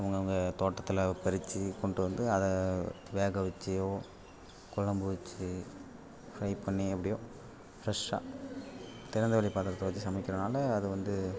அவங்கவுங்க தோட்டத்தில் பறிச்சு கொண்டு வந்து அதை வேக வச்சியோ குழம்பு வச்சு ஃப்ரை பண்ணி எப்படியோ ஃப்ரெஷ்ஷாக திறந்த வெளி பாத்திரத்தை வச்சு சமைக்கிறதனால அது வந்து